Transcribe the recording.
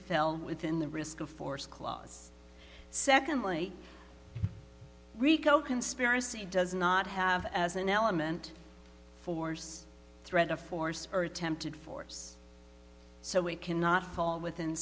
fell within the risk of force clause secondly rico conspiracy does not have as an element force threat of force or attempted force so it cannot fall within